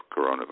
coronavirus